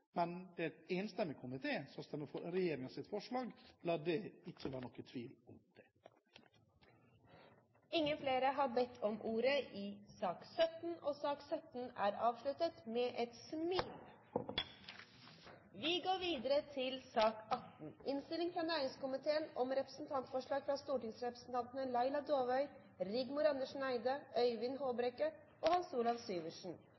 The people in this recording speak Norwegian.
Men det er en enstemmig komité som stemmer for regjeringens forslag. La det ikke være noen tvil om det! Flere har ikke bedt om ordet til sak nr. 17, og saken er dermed avsluttet – med et smil! Etter ønske fra næringskomiteen